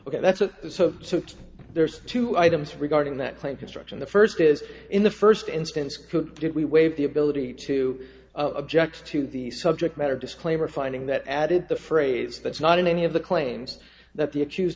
ok that's what so there's two items regarding that claim construction the first is in the first instance who did we waive the ability to object to the subject matter disclaimer finding that added the phrase that's not in any of the claims that the accused